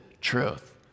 truth